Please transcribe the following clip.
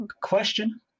Question